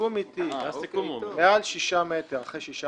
הסיכום איתי מעל שישה מטר אחרי שישה